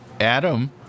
Adam